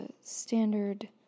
standard